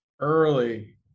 early